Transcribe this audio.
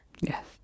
Yes